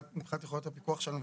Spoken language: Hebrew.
מבחינת יכולת הפיקוח שלנו,